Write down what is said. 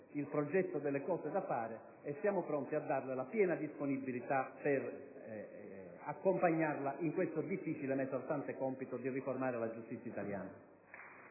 il progetto delle cose da fare. Siamo pronti a darle la piena disponibilità per accompagnarla nel difficile ma esaltante compito di riformare la giustizia italiana.